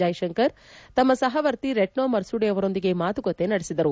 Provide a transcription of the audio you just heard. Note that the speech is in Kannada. ಜೈಶಂಕರ್ ತಮ್ಮ ಸಹವರ್ತಿ ರೆಟ್ನೋ ಮರ್ಸುದಿ ಅವರೊಂದಿಗೆ ಮಾತುಕತೆ ನಡೆಸಿದರು